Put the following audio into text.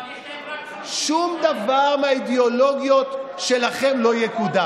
אבל יש להם רק 58. שום דבר מהאידיאולוגיות שלכם לא יקודם.